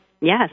Yes